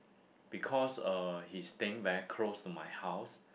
because uh he's staying very close to my house